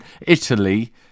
Italy